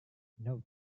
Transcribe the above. note